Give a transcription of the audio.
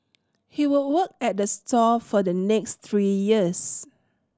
he would work at the store for the next three years